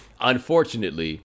Unfortunately